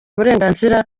uburenganzira